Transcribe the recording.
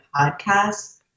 podcast